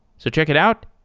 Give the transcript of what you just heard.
so check it out,